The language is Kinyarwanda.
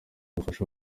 ubufasha